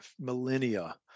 millennia